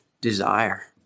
desire